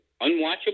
unwatchable